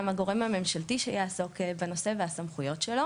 גם הגורם הממשלתי שיעסוק בנושא והסמכויות שלו